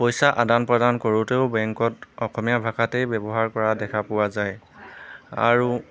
পইচা আদান প্ৰদান কৰোঁতেও বেংকত অসমীয়া ভাষাতেই ব্যৱহাৰ কৰা পোৱা যায় আৰু